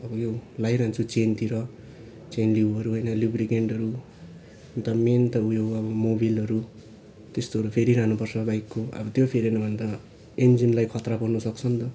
अब यो लाइरहन्छु चेनतिर चेनलिभहरू होइन लिभरिक्यान्टहरू अन्त मेन त उयो हो अब मबिलहरू त्यस्तोहरू फेरिरहनुपर्छ बाइकको अब त्यो फेरेन भने त इन्जिनलाई खतरा पर्नुसक्छ नि त